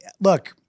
Look